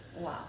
wow